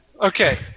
Okay